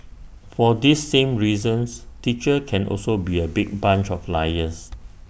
for these same reasons teachers can also be A big bunch of liars